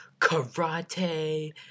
karate